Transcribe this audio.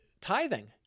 tithing